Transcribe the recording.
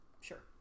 Sure